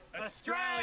Australia